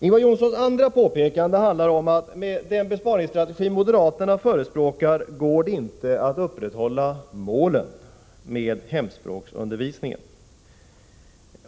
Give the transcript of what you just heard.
Ingvar Johnssons andra påpekande gällde att det med den besparingsstrategi som moderaterna förespråkar inte går att upprätthålla målen för hemspråksundervisningen.